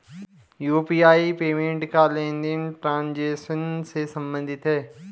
UPI payment का लेनदेन transaction से सम्बंधित है